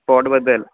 स्पॉटबद्दल